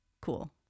Cool